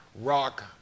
rock